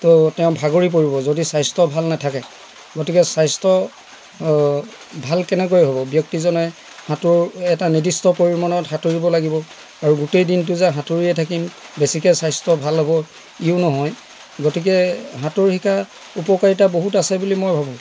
তেওঁ ভাগৰি পৰিব যদি স্বাস্থ্য ভালে নাথাকে গতিকে স্বাস্থ্য ভাল কেনেকৈ হ'ব ব্যক্তিজনে সাঁতোৰ এটা নিদিষ্ট পৰিমাণত সাঁতিৰিব লাগিব আৰু গোটেই দিনটো যে সাঁতোৰিয়ে থাকিম বেছিকৈ স্বাস্থ্য ভাল হ'ব ইও নহয় গতিকে সাঁতোৰ শিকা উপকাৰীতা বহুত আছে বুলি মই ভাবোঁ